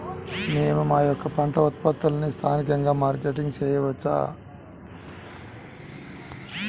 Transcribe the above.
మేము మా యొక్క పంట ఉత్పత్తులని స్థానికంగా మార్కెటింగ్ చేయవచ్చా?